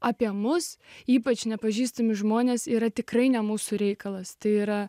apie mus ypač nepažįstami žmonės yra tikrai ne mūsų reikalas tai yra